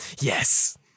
Yes